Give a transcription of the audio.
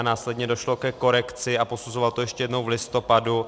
Následně došlo ke korekci a posuzoval to ještě jednou v listopadu.